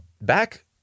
back